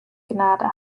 gnade